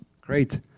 Great